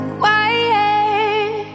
quiet